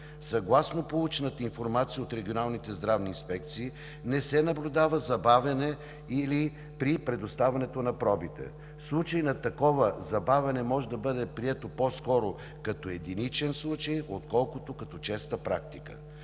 Съгласно получената информация от регионалните здравни инспекции не се наблюдава забавяне при предоставянето на пробите. Случай на такова забавяне може да бъде приет по-скоро като единичен случай, отколкото като честа практика.